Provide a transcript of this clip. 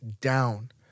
down